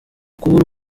kubura